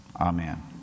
Amen